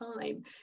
time